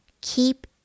keep